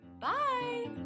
bye